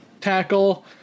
tackle